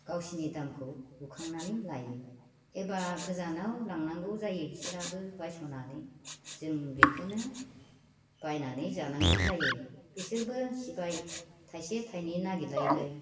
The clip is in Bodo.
गावसोरनि दामखौ बोखांनानै लायो एबा गोजानाव लांनांगौ जायो बिसोरहाबो बायस'नानै जों बेखौनो बायनानै जानांगौ जायो बिसोरबो सिबाय थाइसे थाइनै नागिरलायनाय